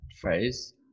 phrase